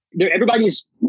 everybody's